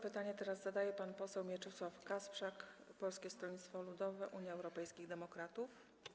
Pytanie teraz zadaje pan poseł Mieczysław Kasprzak, Polskie Stronnictwo Ludowe - Unia Europejskich Demokratów.